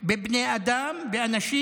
בבני אדם, באנשים.